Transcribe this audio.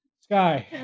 Sky